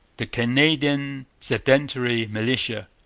the canadian sedentary militia.